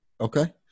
Okay